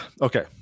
Okay